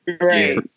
Right